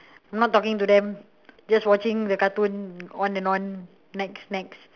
not talking to them just watching the cartoon on and on next next